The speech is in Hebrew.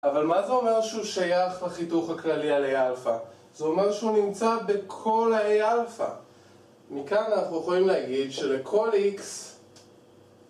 אבל מה זה אומר שהוא שייך לחיתוך הכללי על A-α? זה אומר שהוא נמצא בכל ה-A-אלפא מכאן אנחנו יכולים להגיד שלכל X